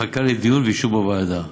לוועדת הכספים ומחכה לדיון ואישור בוועדה.